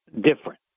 different